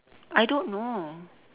I don't know